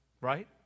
right